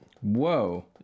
Whoa